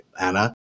Anna